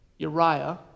Uriah